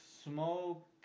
smoke